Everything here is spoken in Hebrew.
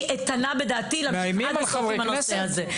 אני איתנה --- מאיימים על חברי כנסת?